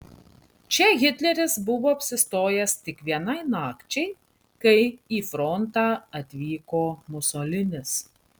čia hitleris buvo apsistojęs tik vienai nakčiai kai į frontą atvyko musolinis